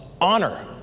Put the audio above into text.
Honor